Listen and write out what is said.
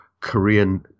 korean